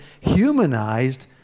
humanized